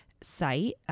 site